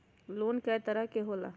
Loan कय तरह के होला?